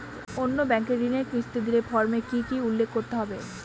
অন্য ব্যাঙ্কে ঋণের কিস্তি দিলে ফর্মে কি কী উল্লেখ করতে হবে?